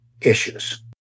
issues